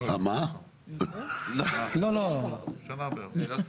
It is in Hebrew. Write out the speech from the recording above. זה לא סותר.